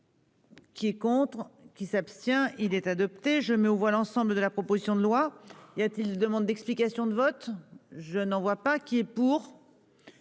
Qui est contre qui s'abstient, il est adopté, je mets aux voix l'ensemble de la proposition de loi, il y a,-t-il demande d'explications de vote, je n'en vois pas qui est pour,